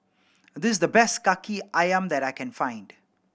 this the best Kaki Ayam that I can find